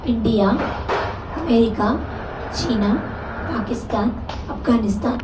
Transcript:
India America China Pakistan Afghanistan